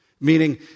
Meaning